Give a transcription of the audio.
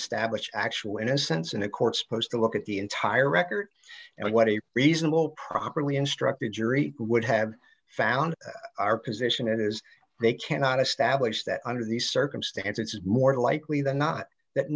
establish actual innocence in a court supposed to look at the entire record and what a reasonable properly instructed jury would have found our position it is they cannot establish that under these circumstances is more likely than not that